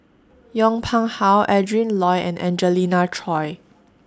Yong Pung How Adrin Loi and Angelina Choy